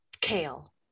Kale